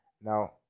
Now